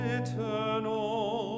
eternal